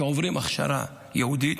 שעוברים הכשרה ייעודית,